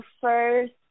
first